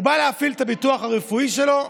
הוא בא להפעיל את הביטוח הרפואי שלו,